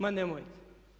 Ma nemojte!